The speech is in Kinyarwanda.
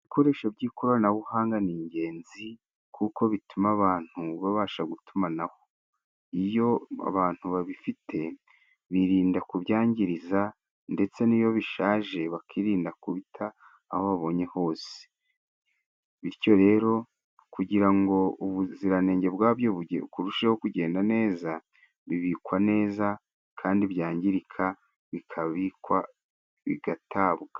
Ibikoresho by'ikoranabuhanga ni ingenzi kuko bituma abantu babasha gutumanaho. Iyo abantu babifite birinda kubyangiza ndetse n'iyo bishaje bakirinda kubita aho babonye hose, bityo rero kugira ngo ubuziranenge bwabyo bukururusheho kugenda neza, bibikwa neza kandi byangirika, bikabikwa, bigatabwa.